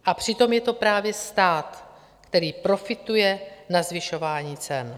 A přitom je to právě stát, který profituje na zvyšování cen.